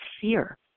fear